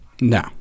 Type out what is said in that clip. No